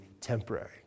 temporary